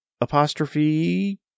Apostrophe